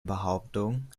behauptung